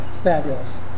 Fabulous